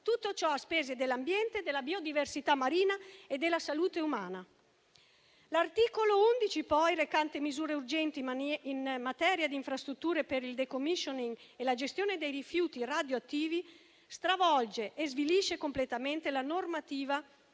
tutto ciò a spese dell'ambiente, della biodiversità marina e della salute umana. L'articolo 11, poi, recante misure urgenti in materia di infrastrutture per il *decommissioning* e la gestione dei rifiuti radioattivi, stravolge e svilisce completamente la normativa